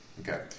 Okay